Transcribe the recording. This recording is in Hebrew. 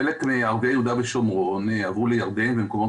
חלק מערביי יהודה ושומרון עברו לירדן ולמקומות